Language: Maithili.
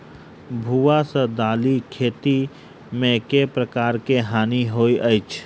भुआ सँ दालि खेती मे केँ प्रकार केँ हानि होइ अछि?